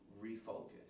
Refocus